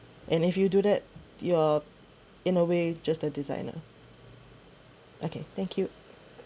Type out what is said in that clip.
and if you do that your in a way just a designer okay thank you